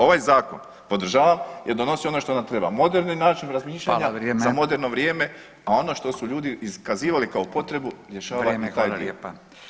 Ovaj zakon podržavam jer donosi ono što nam treba, moderni način razmišljanja [[Upadica: Hvala vrijeme.]] za moderno vrijeme, a ono što su ljudi iskazivali kao potrebu rješava [[Upadica: Vrijeme, hvala lijepa.]] i taj dio.